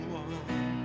one